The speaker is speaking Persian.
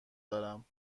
دارم